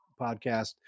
podcast